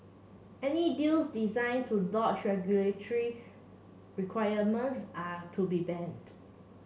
any deals designed to dodge regulatory requirements are to be banned